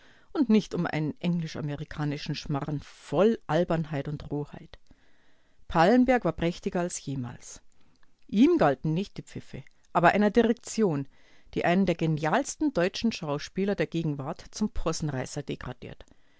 und nicht um einen englisch-amerikanischen schmarren voll albernheit und roheit pallenberg war prächtiger als jemals ihm galten nicht die pfiffe aber einer direktion die einen der genialsten deutschen schauspieler der gegenwart zum possenreißer degradiert